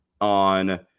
on